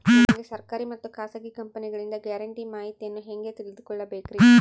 ನಮಗೆ ಸರ್ಕಾರಿ ಮತ್ತು ಖಾಸಗಿ ಕಂಪನಿಗಳಿಂದ ಗ್ಯಾರಂಟಿ ಮಾಹಿತಿಯನ್ನು ಹೆಂಗೆ ತಿಳಿದುಕೊಳ್ಳಬೇಕ್ರಿ?